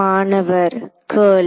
மாணவர் கர்ல்